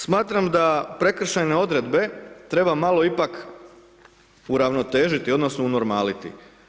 Smatram da prekršajne odredbe treba malo ipak uravnotežiti, odnosno unormaliti.